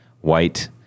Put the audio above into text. white